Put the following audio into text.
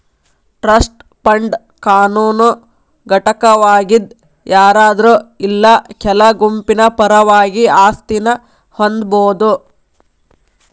trust fund ಕಾನೂನು ಘಟಕವಾಗಿದ್ ಯಾರಾದ್ರು ಇಲ್ಲಾ ಕೆಲ ಗುಂಪಿನ ಪರವಾಗಿ ಆಸ್ತಿನ ಹೊಂದಬೋದು